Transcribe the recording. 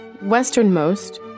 Westernmost